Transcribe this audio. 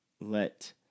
let